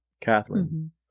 Catherine